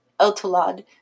Eltolad